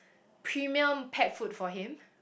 premium pet food for him